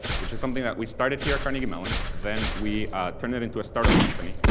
which is something that we started here at carnegie melon, then we turned it into a startup company,